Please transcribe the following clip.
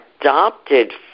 adopted